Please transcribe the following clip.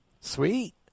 sweet